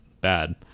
bad